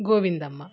Govindamma